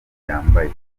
yambaye